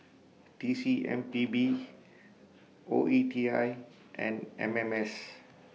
T C M P B O E T I and M M S